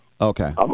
Okay